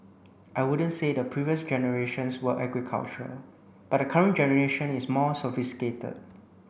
I wouldn't say the previous generations were agricultural but the current generation is more sophisticated